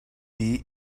dvd